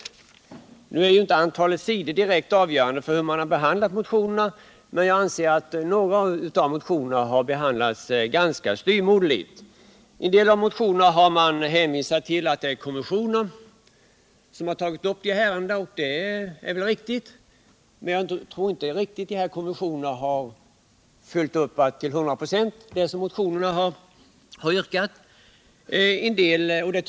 Antalet sidor är förstås inte direkt avgörande när det gäller behandlingen av motionerna, men några av motionerna har, enligt min mening, behandlats ganska styvmoderligt. Beträffande en del av motionerna har man hänvisat till att frågorna finns med i vissa konventioner, och det är väl riktigt. Men jag tror inte att man i konventionerna hundraprocentigt tagit med allt vad som yrkats i motionerna.